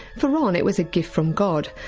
for ron it was a gift from god,